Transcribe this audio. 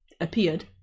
appeared